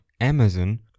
Amazon